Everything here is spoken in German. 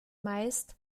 meist